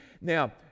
Now